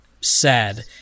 sad